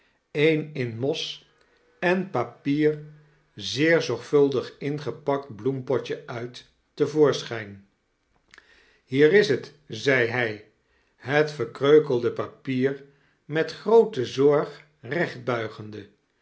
een in mos en papier zeer zorgvuldig ingepakt bloempotje uit te voorschijn hier is het zei hij het verkreukelde papier met groote